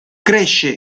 cresce